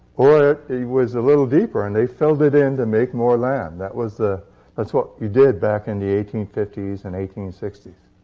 or it was a little deeper, and they filled it in to make more land. that was the that's what you did back in the eighteen fifty s and eighteen sixty s.